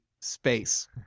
space